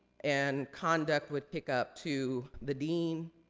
and conduct would kick up to the dean,